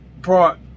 brought